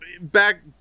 back